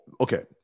okay